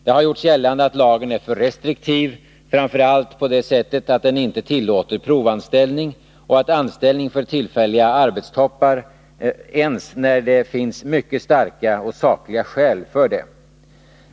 Det har gjorts gällande att lagen är för restriktiv, framför allt på det sättet att den inte tillåter provanställning och anställning för tillfälliga arbetstoppar ens när det finns mycket starka och sakliga skäl för det.